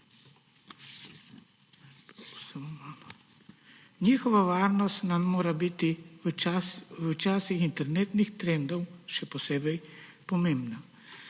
Njihova varnost nam mora biti v času internetnih trendov še posebej pomembna.